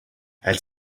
elle